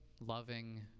loving